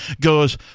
goes